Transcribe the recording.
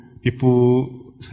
people